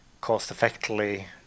cost-effectively